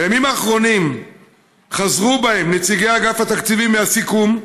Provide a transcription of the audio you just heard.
בימים האחרונים חזרו בהם נציגי אגף התקציבים מהסיכום,